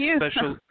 special